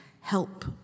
help